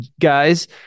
guys